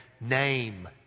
Name